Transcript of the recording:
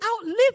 outlive